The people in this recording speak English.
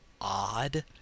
odd